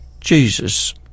Jesus